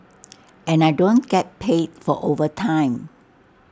and I don't get paid for overtime